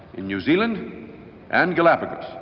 in new zealand and galapagos.